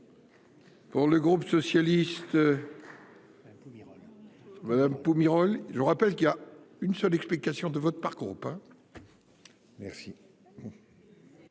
Pour le groupe socialiste. Madame Pumerole, je rappelle qu'il y a une seule explication de vote par groupe hein.